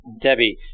Debbie